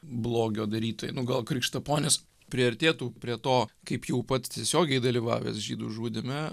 blogio darytojai nu gal krikštaponis priartėtų prie to kaip jau pats tiesiogiai dalyvavęs žydų žudyme